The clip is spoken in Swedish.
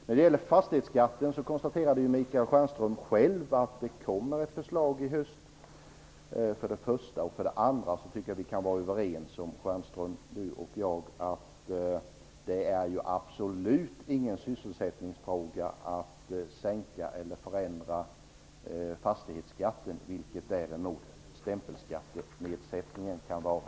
När det gäller fastighetsskatten konstaterade ju Michael Stjernström själv att det kommer ett förslag i höst för det första. För det andra tycker jag att Stjernström och jag kan vara överens om att en sänkning eller förändring av fastighetsskatten absolut inte är någon sysselsättningsfråga, vilket däremot stämpelskattenedsättningen kan vara.